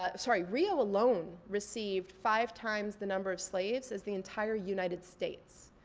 ah sorry. rio alone received five times the number of slaves as the entire united states,